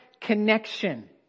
connection